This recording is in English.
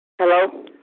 Hello